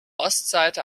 ostseite